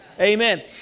Amen